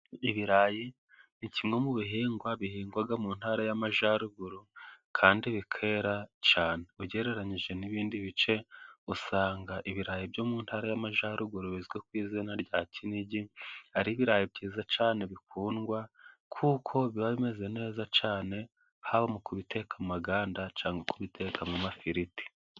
Ibirayi ni kimwe mu bihingwa bihingwa mu ntara y'Amajyaruguru kandi bikera cyane ugereranyije n'ibindi bice. Usanga ibirayi byo mu ntara y'Amajyaruguru bizwi ku izina rya Kinigi ari ibirayi byiza cyane bikundwa kuko biba bimeze neza cyane haba mu kubiteka amaganda cyangwa kubitekamo amafiriti.